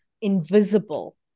invisible